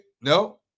No